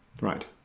right